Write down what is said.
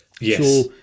Yes